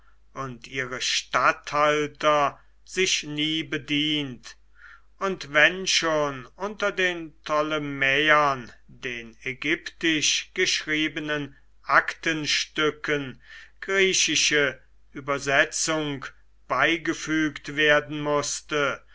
und ihre statthalter sich nie bedient und wenn schon unter den ptolemäern den ägyptisch geschriebenen aktenstücken griechische übersetzung beigefügt werden mußte